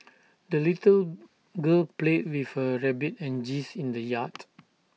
the little girl played with her rabbit and geese in the yard